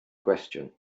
gwestiwn